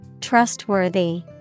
Trustworthy